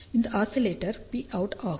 இது ஆஸிலேட்டரின் Pout ஆகும்